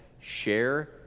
share